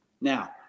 Now